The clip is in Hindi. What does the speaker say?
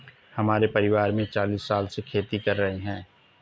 हमारे परिवार में चालीस साल से खेती कर रहे हैं